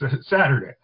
Saturday